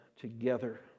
together